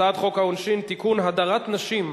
הצעת חוק העונשין (תיקון, הדרת נשים),